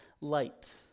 light